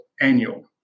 annual